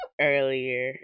earlier